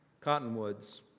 Cottonwoods